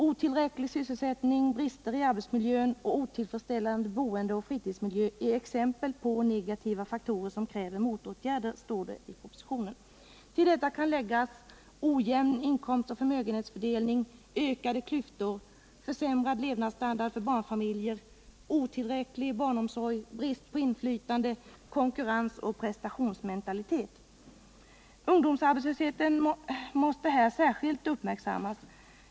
”Otillräcklig sysselsättning, brister i arbetsmiljön, otillfredsställande boendeoch fritidsmiljö är exempel på negativa faktorer som kräver motåtgärder”, står det i propositionen. Till detta kan läggas: Ojämn inkomstoch förmögenhetsfördelning, ökade klyftor, försämrad levnadsstandard för barnfamiljer, otillräcklig barnomsorg, brist på inflytande, konkurrensoch prestationsmentalitet. Ungdomsarbetslösheten måste här särskilt uppmärksammas.